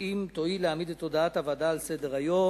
אם תואיל להעמיד את הודעת הוועדה על סדר-היום.